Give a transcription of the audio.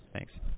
Thanks